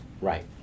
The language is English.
Right